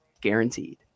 guaranteed